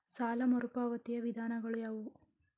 ಸಾಲ ಮರುಪಾವತಿಯ ವಿಧಾನಗಳು ಯಾವುವು?